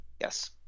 Yes